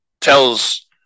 tells